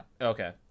okay